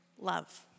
love